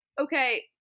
okay